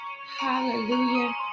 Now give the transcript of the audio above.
Hallelujah